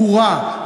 ברורה,